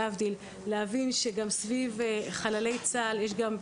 להבדיל, להבין שגם סביב חללי צה"ל יש גם ילדים,